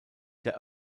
der